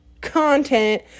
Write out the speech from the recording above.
content